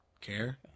care